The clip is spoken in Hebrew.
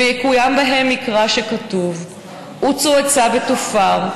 / ויקוים בהם מקרא שכתוב: "עצו עצה ותפר,